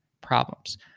problems